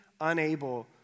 unable